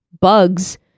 bugs